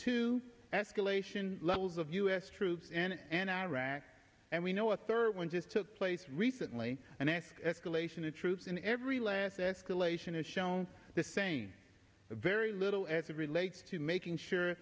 to escalation levels of u s troops and iraq and we know a third one just took place recently and asked escalation of troops in every last escalation is shown the same very little as it relates to making sure